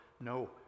no